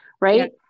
right